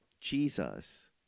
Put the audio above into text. Jesus